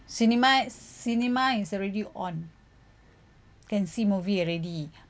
cinema cinema is already on can see movie already